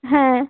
হ্যাঁ